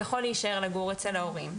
יכול להישאר לגור אצל ההורים,